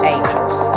Angels